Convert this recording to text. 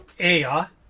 a r